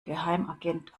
geheimagent